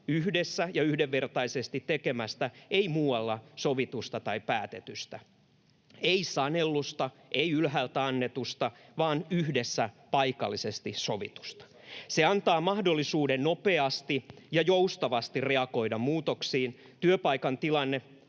yhdessä ja yhdenvertaisesti tekemä, ei muualla sovittu tai päätetty, ei saneltu, ei ylhäältä annettu, vaan yhdessä paikallisesti sovittu. Se antaa mahdollisuuden nopeasti ja joustavasti reagoida muutoksiin. Työpaikan tilanne,